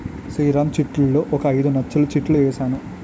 శ్రీరామ్ చిట్లో ఓ ఐదు నచ్చలు చిట్ ఏసాను